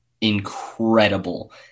incredible